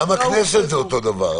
גם הכנסת זה אותו דבר.